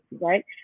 right